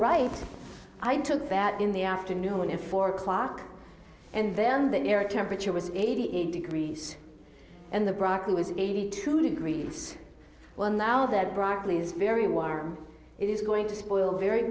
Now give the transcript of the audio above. right i took that in the afternoon at four o'clock and then the air temperature was eighty eight degrees and the broccoli was eighty two degrees well now that broccoli is very warm it is going to spoil very